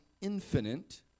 infinite